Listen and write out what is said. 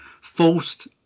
forced